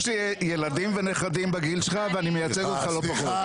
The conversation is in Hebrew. יש לי ילדים ונכדים בגיל שלך ואני מייצג אותך לא פחות.